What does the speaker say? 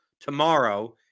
tomorrow